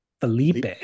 Felipe